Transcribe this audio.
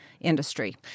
industry